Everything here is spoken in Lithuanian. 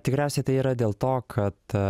tikriausiai tai yra dėl to kad